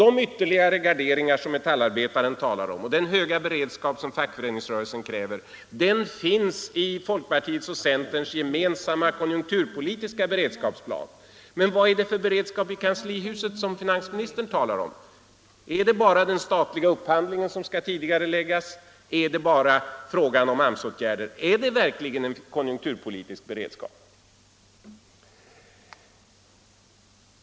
De ytterligare garderingar som Metallarbetaren talar om och den höga beredskap som fackföreningsrörelsen kräver finns i folkpartiets och centerns gemensamma konjunkturpolitiska beredskapsplan. Vad är det för beredskap man har i kanslihuset och som finansministern talar om? Är det bara den statliga upphandlingen som skall tidigareläggas, är det bara fråga om AMS-åtgärder, eller är det verkligen en konjunkturpolitisk beredskap?